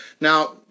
Now